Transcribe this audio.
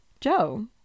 joe